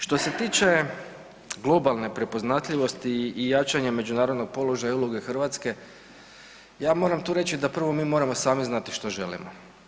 Što se tiče globalne prepoznatljivosti i jačanja međunarodnog položaja i uloge Hrvatske ja moram tu reći da prvo mi moramo sami znati što želimo.